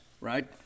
right